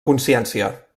consciència